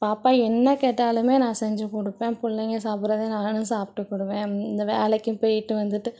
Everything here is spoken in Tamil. பாப்பா என்ன கேட்டாலுமே நான் செஞ்சுக் குடுப்பேன் பிள்ளைங்க சாப்பிட்றத நானும் சாப்பிட்டுகிடுவேன் இந்த வேலைக்கும் போய்கிட்டு வந்துகிட்டு